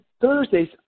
Thursdays